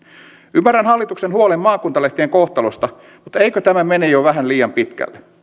ymmärrän hallituksen huolen maakuntalehtien kohtalosta mutta eikö tämä mene jo vähän liian pitkälle